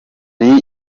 hari